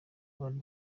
abandi